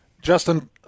Justin